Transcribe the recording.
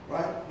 Right